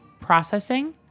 processing